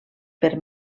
per